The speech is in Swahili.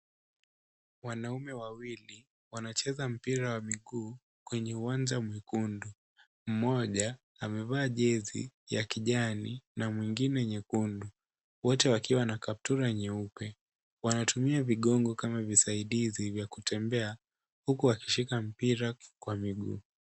Wanaume wawili wanacheza mpira wa miguu kwenye uwanja mwekundu, mmoja amevaa jezi ya kijani na mwingine nyekundu wote wakiwa na kaptula nyeupe, wanatumia vigogo kama visaidizi vya kutembea huku wakishika mpira kwa miguu.